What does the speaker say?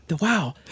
Wow